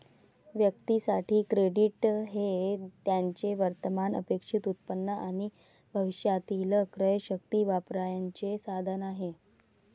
व्यक्तीं साठी, क्रेडिट हे त्यांचे वर्तमान अपेक्षित उत्पन्न आणि भविष्यातील क्रयशक्ती वापरण्याचे साधन आहे